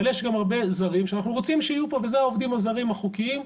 אבל יש גם הרבה זרים שאנחנו רוצים שיהיו פה וזה העובדים הזרים החוקיים,